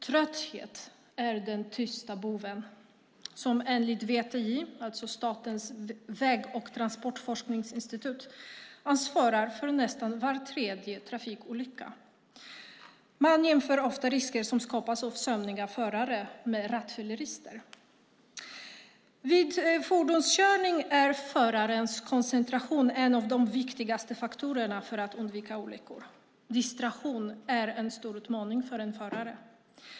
Trötthet är den tysta boven som enligt VTI, Statens väg och transportforskningsinstitut, är orsaken till nästan var tredje trafikolycka. Man jämför ofta risker som skapas av sömniga förare med risker vid rattfylleri. Vid fordonskörning är förarens koncentration en av de viktigaste faktorerna för att undvika olyckor. Distraktion är en stor utmaning för en förare.